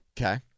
Okay